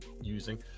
using